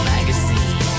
Magazine